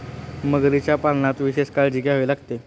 मगरीच्या पालनात विशेष काळजी घ्यावी लागते